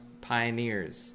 pioneers